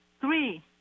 three